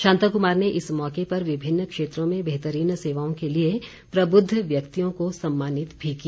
शांता कुमार ने इस मौके पर विभिन्न क्षेत्रों में बेहतरीन सेवाओं के लिए प्रबुद्ध व्यक्तियों को सम्मानित भी किया